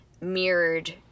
mirrored